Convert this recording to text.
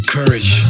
Courage